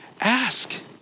ask